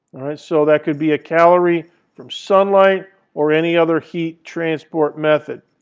right? so that could be a calorie from sunlight or any other heat transport method,